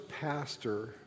pastor